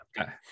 Okay